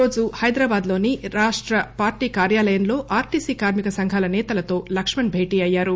ఈ రోజు హైదరాబాద్ లోని రాష్ట్ర పార్టీ కార్యాలయంలో ఆర్టీసీ కార్మిక సంఘాల సేతలతో లక్మన్ భేటీ అయ్యారు